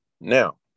Now